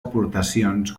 aportacions